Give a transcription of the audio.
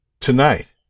tonight